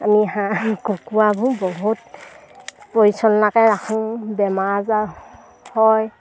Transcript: আমি হাঁহ কুকুৰাবোৰ বহুত পৰিচলনাকে ৰাখোঁ বেমাৰ আজাৰ হয়